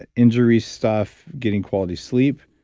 ah injury stuff, getting quality sleep.